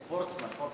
וורצמן.